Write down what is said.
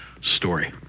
story